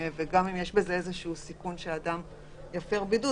גם אם יש בזה איזשהו סיכון שאדם יפר בידוד,